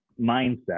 mindset